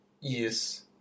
Yes